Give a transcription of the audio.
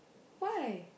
why